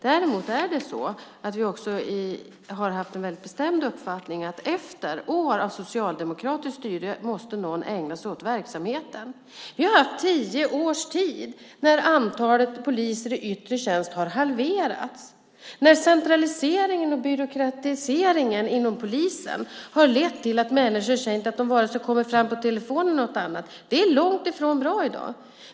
Däremot har vi haft en väldigt bestämd uppfattning om att efter år av socialdemokratiskt styre måste någon ägna sig åt verksamheten. Under tio års tid har antalet poliser i yttre tjänst halverats, och centraliseringen och byråkratiseringen inom polisen har lett till att människor har känt att de inte kommer fram vare sig på telefon eller på annat sätt. Det är långt ifrån bra i dag.